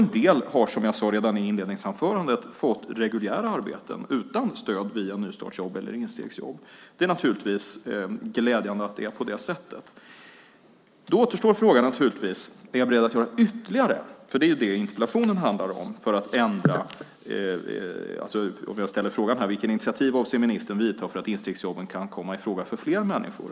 En del har, som jag sade i mitt första inlägg, fått reguljära arbeten utan stöd via nystartsjobb eller instegsjobb. Det är naturligtvis glädjande. Då återstår frågan: Är jag beredd att göra något ytterligare? Det är det interpellationen handlar om. Man ställer frågan: Vilket initiativ avser ministern att vidta för att instegsjobben kan komma i fråga för fler människor?